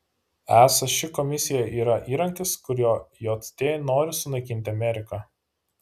esą ši komisija yra įrankis kuriuo jt nori sunaikinti ameriką